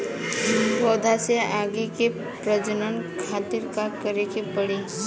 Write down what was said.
पौधा से आगे के प्रजनन खातिर का करे के पड़ी?